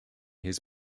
his